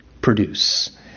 produce